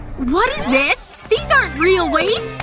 what is this? these aren't real weights!